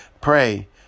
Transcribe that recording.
pray